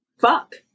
fuck